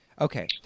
Okay